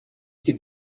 could